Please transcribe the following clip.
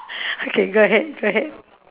okay go ahead go ahead